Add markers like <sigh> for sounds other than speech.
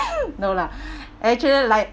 no lah <breath> actually like